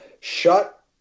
Shut